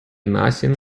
nothing